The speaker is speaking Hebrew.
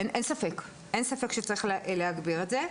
אין ספק שצריך להגביר את זה.